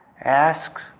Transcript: asks